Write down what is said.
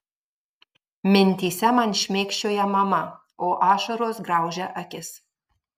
mintyse man šmėkščioja mama o ašaros graužia akis